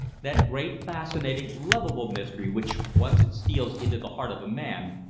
that great fascinating, lovable mystery which, once it steals into the heart of a man,